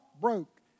broke